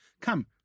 Come